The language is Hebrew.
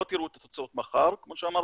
לא תראו את התוצאות מחר, כמו שאמרתי,